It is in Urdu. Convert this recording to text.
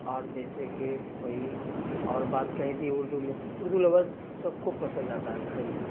اور جیسے کہ کوئی اور بات کہہ دی اردو میں اردو لفظ سب کو پسند آتا ہے گھر میں